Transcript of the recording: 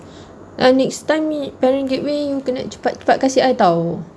ah next time me parents gateway you kena cepat-cepat kasi I [tau]